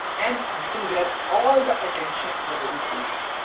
and you can grab all the attention your business wants.